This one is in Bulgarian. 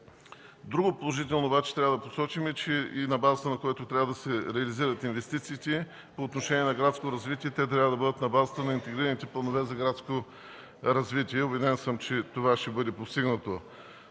Другото положително, което трябва да посочим и на базата, на което трябва да се реализират инвестициите по отношение на градското развитие, те трябва да бъдат на базата на интегрираните планове за градско развитие. Убеден съм, че това ще бъде постигнато.